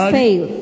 fail